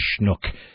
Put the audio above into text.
schnook